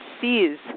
sees